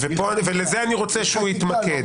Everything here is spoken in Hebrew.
ולזה אני רוצה שהוא יתמקד.